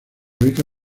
beca